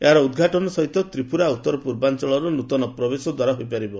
ଏହାର ଉଦ୍ଘାଟନ ସହିତ ତ୍ରିପୁରା ଉତ୍ତର ପୂର୍ବାଞ୍ଚଳର ନୂତନ ପ୍ରବେଶ ଦ୍ୱାର ହୋଇପାରିବ